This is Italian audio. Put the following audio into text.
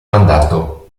mandato